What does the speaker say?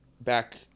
back